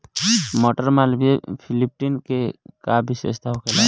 मटर मालवीय फिफ्टीन के का विशेषता होखेला?